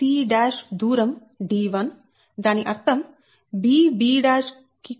ac దూరం d1 దాని అర్థం bb కూడా d1 cc కూడా d1